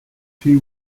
she